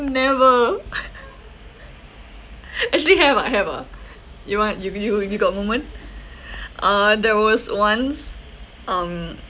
never actually have ah have ah you want you you you got moment uh there was once um